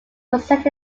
presented